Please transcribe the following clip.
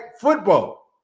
football